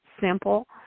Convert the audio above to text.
simple